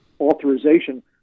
authorization